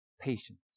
patience